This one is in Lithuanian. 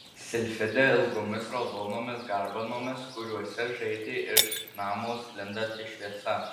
silfidę ilgomis raudonomis garbanomis kuriuose žaidė iš namo sklindanti šviesa